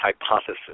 hypothesis